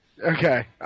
Okay